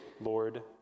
Lord